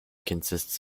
consists